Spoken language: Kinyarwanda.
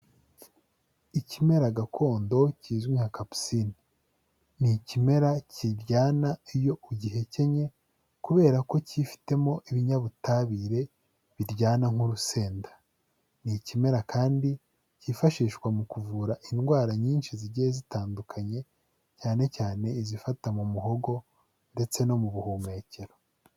Ikimera gakondo kizwi nka kapusine, ni ikimera kiryana iyo ugikenye kubera ko cyifitemo ibinyabutabire biryana nk'urusenda. Ni ikimera kandi byifashishwa mu kuvura indwara nyinshi zigiye zitandukanye cyane cyane izifata mu muhogo ndetse no mu buhumekero.